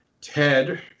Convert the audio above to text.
Ted